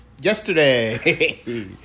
yesterday